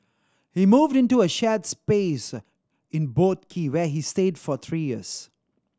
he moved into a shared space in Boat Quay where he stayed for three years